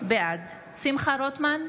בעד שמחה רוטמן,